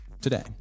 today